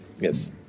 Yes